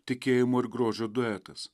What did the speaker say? tikėjimo ir grožio duetas